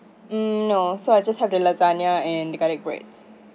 mm no so I just have the lasagna and the garlic breads